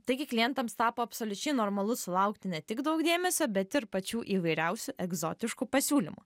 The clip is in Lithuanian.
taigi klientams tapo absoliučiai normalu sulaukti ne tik daug dėmesio bet ir pačių įvairiausių egzotiškų pasiūlymų